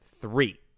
three